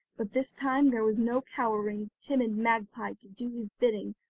but this time there was no cowering, timid magpie to do his bidding,